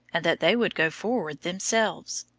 and that they would go forward themselves.